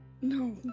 No